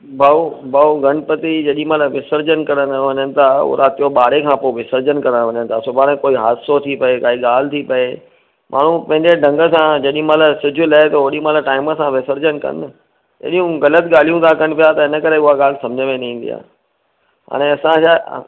भाऊ भाऊ गणपती जेॾीमहिल विसर्जन करणु वञनि था हूअ राति जो ॿारहें खां पोइ विसर्जन करणु वञनि था सुभाणे कोई हादसो थी पए काई ॻाल्हि थी पए माण्हू पंहिंजे ढंग सां जेॾीमहिल सिजु लहे थो होॾीमहिल टाइम सां विसर्जन कनि न हेड़ियूं ग़लति ॻाल्हायूं था कनि पिया त हिन करे उहो ॻाल्हि सम्झि में न ईंदी आहे हाणे असांजा